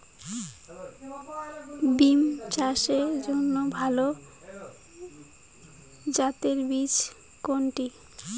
বিম চাষের জন্য ভালো জাতের বীজ কোনটি?